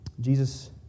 Jesus